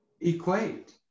equate